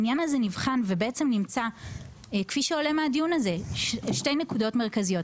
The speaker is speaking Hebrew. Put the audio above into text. העניין הזה נבחן ונמצאו שתי נקודות מרכזיות: